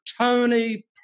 Tony